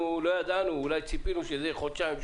שציפינו שיהיה חודשיים,